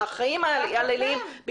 החיים הליליים,